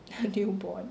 new Bond